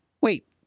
Wait